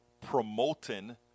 promoting